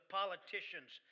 politicians